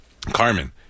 Carmen